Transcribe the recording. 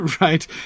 Right